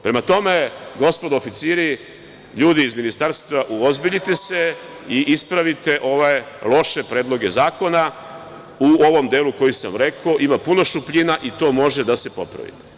Prema tome, gospodo oficiri, ljudi iz Ministarstva, uozbiljite se i ispravite ove loše predloge zakona u ovom delu koji sam rekao, ima puno šupljina, i to može da se popravi.